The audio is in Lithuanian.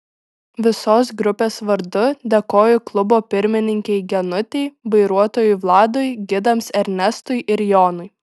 visos grupės vardu dėkoju klubo pirmininkei genutei vairuotojui vladui gidams ernestui ir jonui